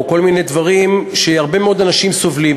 או כל מיני דברים שהרבה מאוד אנשים סובלים